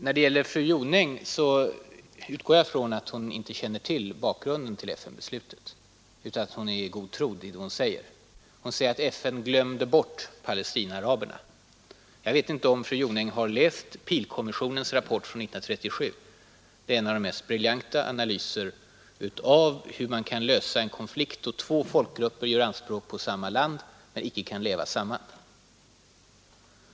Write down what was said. Jag utgår ifrån att fru Jonäng inte känner till bakgrunden till FN-beslutet utan är i god tro när hon säger att FN ”glömde bort” Palestinaaraberna. Jag tror inte att fru Jonäng har läst Peelkommissionens rapport från 1937. Det är en av de mest briljanta analyserna av hur man kan lösa en konflikt då två folkgrupper gör anspråk på samma land men icke kan leva samman.